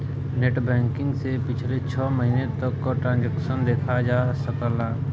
net banking से पिछले छः महीने तक क ट्रांसैक्शन देखा जा सकला